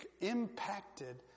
impacted